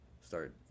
start